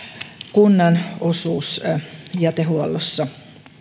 kunnan osuus jätehuollossa